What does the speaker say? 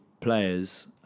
players